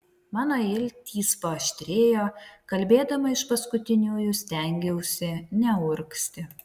mano iltys paaštrėjo kalbėdama iš paskutiniųjų stengiausi neurgzti